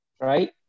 Right